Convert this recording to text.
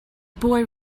boy